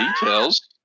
details